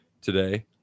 today –